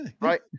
right